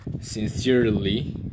sincerely